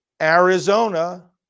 Arizona